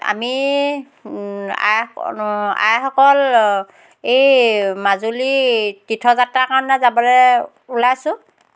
আমি আই আইসকল অঁ এই মাজুলী তীৰ্থযাত্ৰা কাৰণত যাবলে ওলাইছোঁ